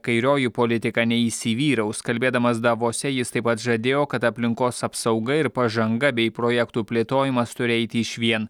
kairioji politika neįsivyraus kalbėdamas davose jis taip pat žadėjo kad aplinkos apsauga ir pažanga bei projektų plėtojimas turi eiti išvien